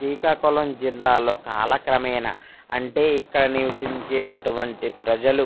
శ్రీకాకుళం జిల్లాలో కాలక్రమేణా అంటే ఇక్కడ నివసించే టటువంటి ప్రజలు